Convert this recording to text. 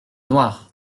noirs